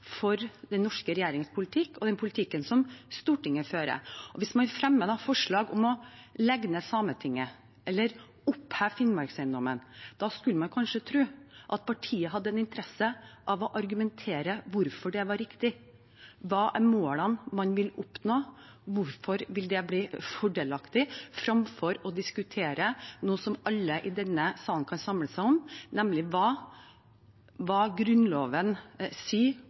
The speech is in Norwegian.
for den norske regjeringens politikk og den politikken som Stortinget fører. Hvis man fremmer forslag om å legge ned Sametinget eller oppheve Finnmarkseiendommen, skulle man kanskje tro at partiet hadde en interesse av å argumentere for hvorfor det var riktig – hva er målene man vil oppnå, hvorfor vil det bli fordelaktig – fremfor å diskutere noe som alle i denne salen kan samle seg om, nemlig hva Grunnloven sier